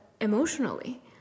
emotionally